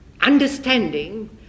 understanding